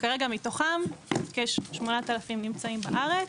וכרגע כ-8,000 מתוכם נמצאים בארץ.